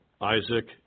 Isaac